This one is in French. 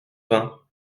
vingt